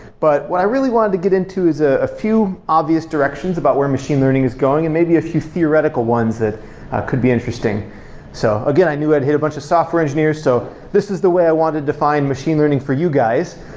but what i really wanted to get into is a a few obvious directions about where machine learning is going and maybe a few theoretical ones that could be interesting so again, i knew i'd hit a bunch of software engineers, so this is the way i wanted to find machine learning for you guys,